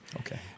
Okay